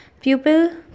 Pupil